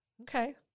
Okay